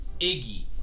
Iggy